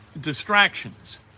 distractions